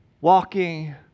walking